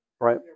Right